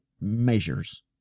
measures